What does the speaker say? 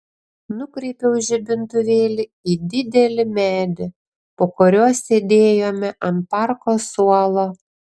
nukreipiau žibintuvėlį į didelį medį po kuriuo sėdėjome ant parko suolo